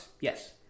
Yes